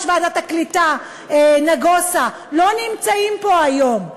ועדת העלייה והקליטה נגוסה לא נמצאים פה היום.